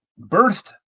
birthed